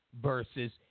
versus